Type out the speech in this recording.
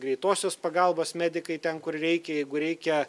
greitosios pagalbos medikai ten kur reikia jeigu reikia